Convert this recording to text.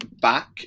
back